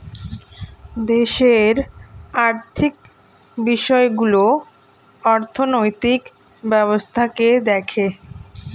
দেশের আর্থিক বিষয়গুলো অর্থনৈতিক ব্যবস্থাকে দেখে